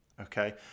okay